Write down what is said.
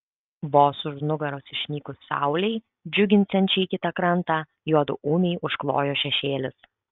vos už nugaros išnykus saulei džiuginsiančiai kitą krantą juodu ūmiai užklojo šešėlis